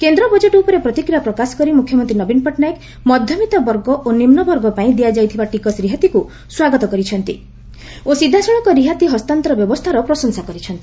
କେନ୍ଦ୍ର ବଜେଟ୍ ଉପରେ ପ୍ରତିକ୍ରିୟା ପ୍ରକାଶ କରି ମୁଖ୍ୟମନ୍ତ୍ରୀ ନବୀନ ପଟ୍ଟନାୟକ ମଧ୍ୟବିତ୍ତ ବର୍ଗ ଓ ନିମ୍ବ ବର୍ଗ ପାଇଁ ଦିଆଯାଇଥିବା ଟିକସ ରିହାତିକୁ ସ୍ୱାଗତ କରିଛନ୍ତି ଓ ସିଧାସଳଖ ରିହାତି ହସ୍ତାନ୍ତର ବ୍ୟବସ୍ଥାର ପ୍ରଶଂସା କରିଛନ୍ତି